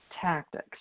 tactics